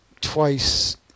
twice